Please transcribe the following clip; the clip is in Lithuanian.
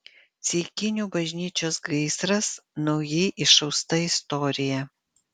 ceikinių bažnyčios gaisras naujai išausta istorija